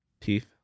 Teeth